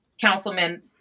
councilman